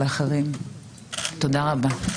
תודה רבה.